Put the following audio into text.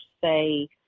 say